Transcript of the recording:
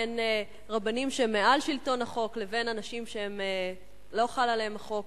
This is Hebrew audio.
בין רבנים שהם מעל שלטון החוק לבין אנשים שלא חל עליהם החוק.